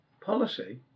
policy